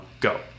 go